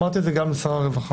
אמרתי את זה גם לשר הרווחה.